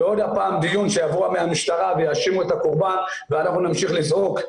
ועוד פעם דיון שיבואו מהמשטרה ויאשימו את הקורבן ואנחנו נמשיך לצעוק,